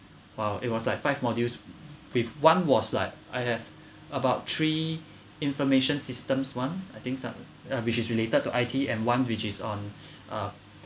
while it was like five modules with one was like I have about three information systems one I think some of which is related to I_T and one which is on a